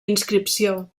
inscripció